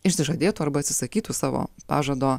išsižadėtų arba atsisakytų savo pažado